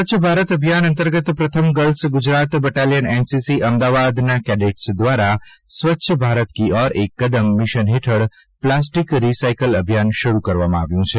સ્વચ્છ ભારત અભિયાન અંતર્ગત પ્રથમ girls Gujarat battalion NCC Ahmedabad cadets દ્વારા સ્વચ્છ ભારતી કી ઓર એક કદમ મિશન હેઠળ પ્લાસ્ટીક રીસાયકલ અભિયાન શરૂ કરવામાં આવ્યું છે